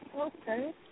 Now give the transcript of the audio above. Okay